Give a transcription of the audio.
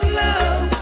love